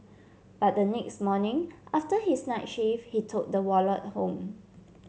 but the next morning after his night shift he took the wallet home